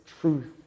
truth